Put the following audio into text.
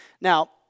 Now